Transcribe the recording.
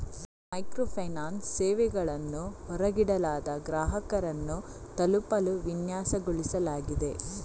micro finance ಸೇವೆಗಳನ್ನು ಹೊರಗಿಡಲಾದ ಗ್ರಾಹಕರನ್ನು ತಲುಪಲು ವಿನ್ಯಾಸಗೊಳಿಸಲಾಗಿದೆ